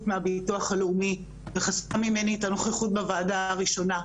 מהביטוח הלאומי וחסכה ממני את הנוכחות בוועדה הראשונה,